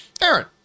Aaron